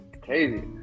crazy